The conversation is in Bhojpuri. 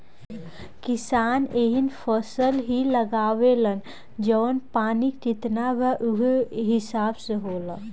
किसान एहींग फसल ही लगावेलन जवन पानी कितना बा उहे हिसाब से होला